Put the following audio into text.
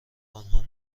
آنها